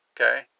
okay